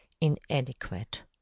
inadequate